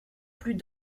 plus